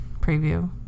preview